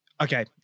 Okay